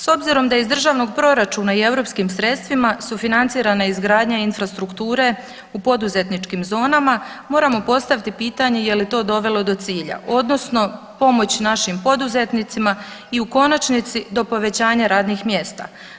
S obzirom da iz državnog proračuna i europskim sredstvima sufinancirana izgradnja infrastrukture u poduzetničkim zonama, moramo postaviti pitanje je li to dovelo do cilja, odnosno pomoć našim poduzetnicima i u konačnici, do povećanja radnih mjesta.